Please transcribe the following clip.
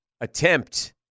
attempt